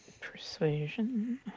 Persuasion